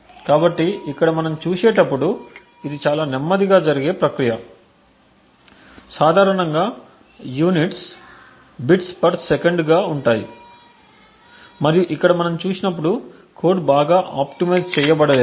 కాబట్టి ఇక్కడ మనం చూసేటప్పుడు ఇది చాలా నెమ్మదిగా జరిగే ప్రక్రియ కాబట్టి సాధారణంగా యూనిట్లు బిట్స్ పర్ సెకండ్గా ఉంటాయి మరియు ఇక్కడ మనం చూసినప్పుడు కోడ్ బాగా ఆప్టిమైజ్ చేయబడలేదు